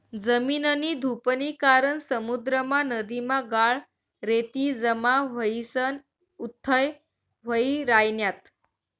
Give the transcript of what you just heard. जमीननी धुपनी कारण समुद्रमा, नदीमा गाळ, रेती जमा व्हयीसन उथ्थय व्हयी रायन्यात